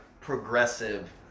progressive